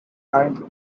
current